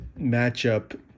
matchup